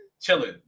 chilling